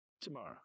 tomorrow